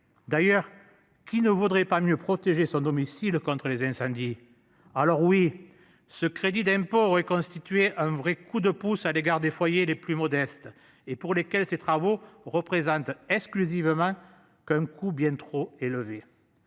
D'ailleurs, qu'il ne vaudrait pas mieux protéger son domicile contre les incendies. Alors oui, ce crédit d'impôt et constituer un vrai coup de pouce à l'égard des foyers les plus modestes et pour lesquelles ces travaux représentent exclusivement qu'un coût bien trop élevé.